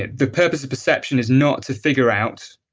ah the purpose of perception is not to figure out